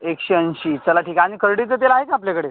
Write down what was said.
एकशे ऐंशी चला ठीक आहे आणि करडईचं तेल आहे का आपल्याकडे